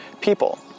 people